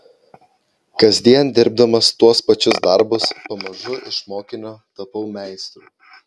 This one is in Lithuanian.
kasdien dirbdamas tuos pačius darbus pamažu iš mokinio tapau meistru